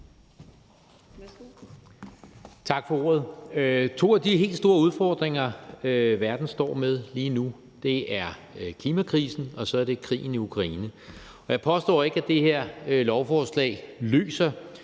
Tak for ordet. To af de helt store udfordringer, verden står med lige nu, er klimakrisen, og så er det krigen i Ukraine. Jeg påstår ikke, at det her lovforslag løser